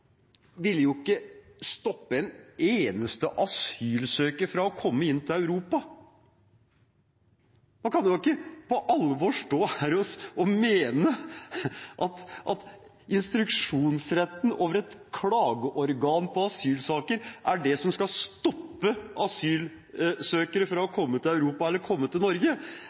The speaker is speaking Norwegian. ville ikke stoppe en eneste asylsøker fra å komme til Europa. Man kan ikke på alvor stå her og mene at instruksjonsretten overfor et klageorgan for asylsaker er det som skal stoppe asylsøkere fra å komme til Europa eller fra å komme til Norge.